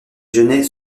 genêts